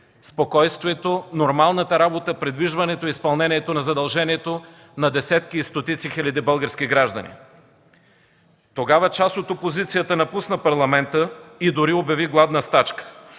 спокойствието, нормалната работа, придвижването и изпълнението на задълженията на десетки и стотици хиляди български граждани. Тогава част от опозицията напусна Парламента и дори обяви гладна стачка.